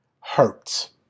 Hurts